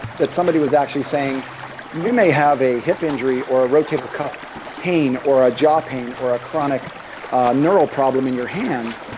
that somebody was actually saying you may have a hip injury or a rotator cuff pain, or a jaw pain, or a chronic neural problem in your hand,